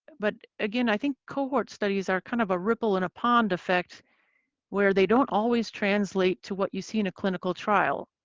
but, again, i think cohort studies are kind of a ripple-in-a-pond effect where they don't always translate to what you see in a clinical trial.